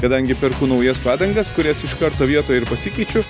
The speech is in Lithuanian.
kadangi perku naujas padangas kurias iš karto vietoj pasikeičiu